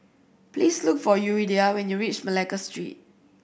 please look for Yuridia when you reach Malacca Street